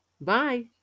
Bye